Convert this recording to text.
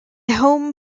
home